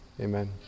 Amen